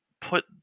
put